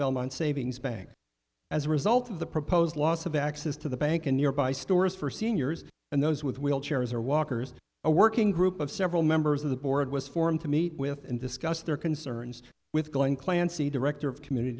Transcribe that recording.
belmont savings bank as a result of the proposed loss of access to the bank and nearby stores for seniors and those with wheelchairs or walkers a working group of several members of the board was formed to meet with and discuss their concerns with glen clancy director of community